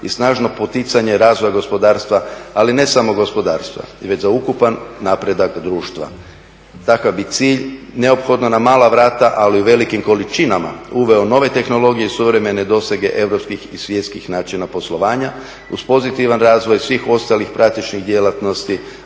i snažno poticanje razvoja gospodarstva, ali ne samo gospodarstva, već za ukupan napredak društva. Takav bi cilj neophodno na mala vrata ali u velikim količinama uveo nove tehnologije, suvremene dosege europskih i svjetskih načina poslovanja, uz pozitivan razvoj svih ostalih praktičnih djelatnosti,